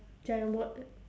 dragon boat